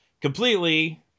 Completely